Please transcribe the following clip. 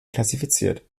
klassifiziert